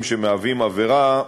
נושאים כלשהם שמהווים עבירה,